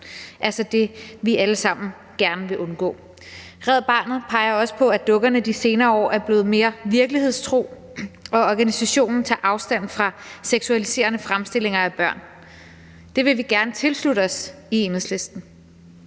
altså det, vi alle sammen gerne vil undgå. Red Barnet peger også på, at dukkerne de senere år er blevet mere virkelighedstro, og organisationen tager afstand fra seksualiserede fremstillinger af børn. Det vil vi gerne tilslutte os i Enhedslisten.